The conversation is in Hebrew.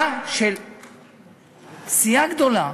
סיעה גדולה